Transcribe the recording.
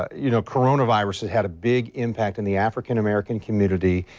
you know coronavirus that had a big impact in the african american community.